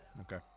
Okay